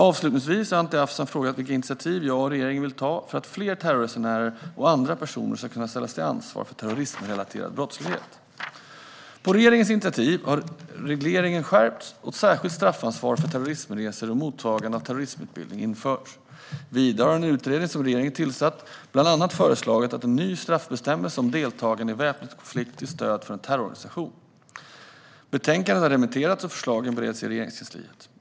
Avslutningsvis har Anti Avsan frågat vilka initiativ jag och regeringen vill ta för att fler terrorresenärer och andra personer ska kunna ställas till svars för terrorismrelaterad brottslighet. På regeringens initiativ har regleringen skärpts och ett särskilt straffansvar för terrorismresor och mottagande av terrorismutbildning införts. Vidare har en utredning som regeringen tillsatt bland annat föreslagit en ny straffbestämmelse om deltagande i väpnad konflikt till stöd för en terroristorganisation. Betänkandet har remitterats, och förslagen bereds i Regeringskansliet.